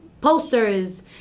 posters